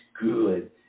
good